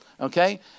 Okay